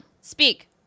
Speak